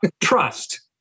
trust